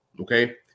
okay